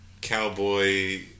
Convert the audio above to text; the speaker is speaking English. cowboy